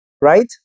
right